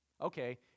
Okay